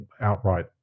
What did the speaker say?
outright